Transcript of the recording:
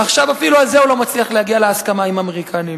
ועכשיו אפילו על זה הוא לא מצליח להגיע להסכמה עם האמריקנים.